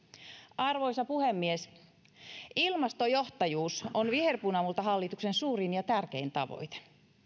arvoisa puhemies ilmastojohtajuus on viherpunamultahallituksen suurin ja tärkein tavoite